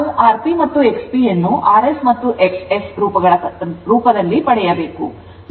ನಾವು Rp ಮತ್ತು XP ಯನ್ನು rs ಮತ್ತು XS ಗಳ ರೂಪದಲ್ಲಿ ಪಡೆಯಬೇಕು